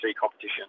competition